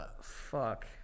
fuck